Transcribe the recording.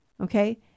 okay